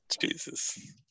Jesus